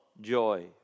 joy